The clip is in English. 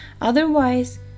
Otherwise